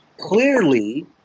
clearly